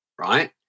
Right